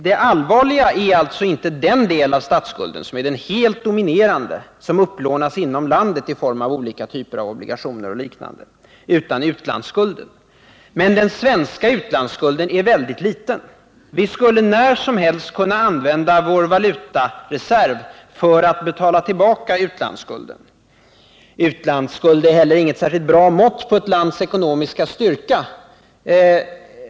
Det allvarliga är alltså inte den del av statsskulden, som är den helt dominerande, som upplånas inom landet i form av olika typer av obligationer och liknande, utan utlandsskulden. Men den svenska utlandsskulden är väldigt liten. Vi skulle när som helst kunna använda vår valutareserv för att betala tillbaka utlandsskulden. Utlandsskulden är inte heller något särskilt bra mått på ett lands ekonomiska styrka.